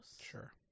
Sure